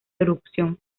erupción